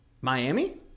miami